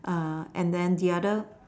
and then the other